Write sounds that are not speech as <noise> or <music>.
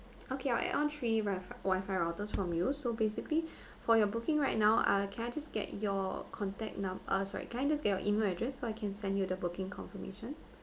okay I'll add on three wifi wifi routers from you so basically <breath> for your booking right now uh can I just get your contact num~ ah sorry can I just get your email address so I can send you the booking confirmation